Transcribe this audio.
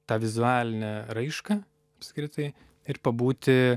tą vizualinę raišką apskritai ir pabūti